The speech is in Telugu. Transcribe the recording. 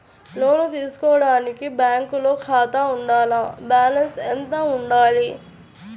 లోను తీసుకోవడానికి బ్యాంకులో ఖాతా ఉండాల? బాలన్స్ ఎంత వుండాలి?